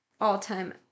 all-time